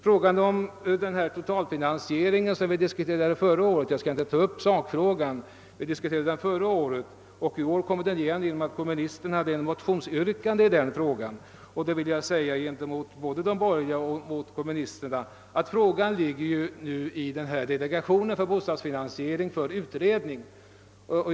Frågan om totalfinansieringen diskuterades förra året, och jag skall inte nu ta upp sakfrågan i detta sammanhang. Den har emellertid i år återigen aktualiserats genom ett kommunistiskt motionsyrkande. Jag vill därför både till kommunisterna och till de borgerliga säga, att denna fråga nu har hänskjutits för utredning till delegationen för byggnadsfinansiering.